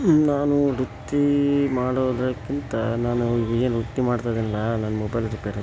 ನಾನು ವೃತ್ತಿ ಮಾಡೋದಕ್ಕಿಂತ ನಾನು ಏನು ವೃತ್ತಿ ಮಾಡ್ತಾಯಿದ್ದೀನಲ್ಲ ನಾನು ಮೊಬೈಲ್ ರಿಪೇರಿ